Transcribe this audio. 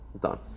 Done